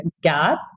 gap